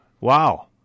Wow